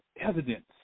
evidence